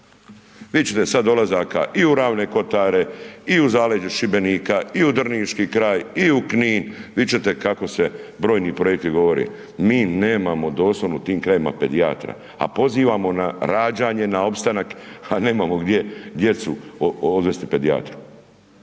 ćete sada dolazaka u ravne kotare i u zaleđu Šibenika i u drniški kraj i u Knin, vidjeti ćete kako se brojni projekti govore, mi nemamo doslovno tim krajevima pedijatra, a pozivamo na rađanje, na opstanak, a nemamo gdje djecu odvesti pedijatru.